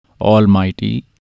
Almighty